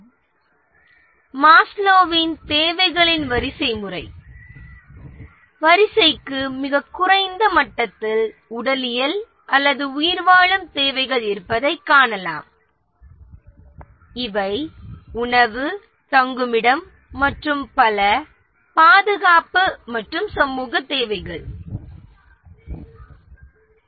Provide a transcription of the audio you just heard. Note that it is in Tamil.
இது மாஸ்லோவின் தேவைகளின் வரிசைமுறை இங்கு வரிசைக்கு மிகக் குறைந்த மட்டத்தில் உடலியல் அல்லது உயிர்வாழும் தேவைகள் இருப்பதைக் காணலாம் இவை உணவு தங்குமிடம் மற்றும் மேலும் பாதுகாப்புத் தேவைகளில் ஆபத்திலிருந்து விடுபடுவது மற்றும் பல